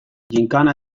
ginkana